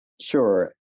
Sure